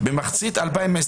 מה זה אין תופעה?